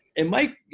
and mike,